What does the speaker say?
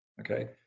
Okay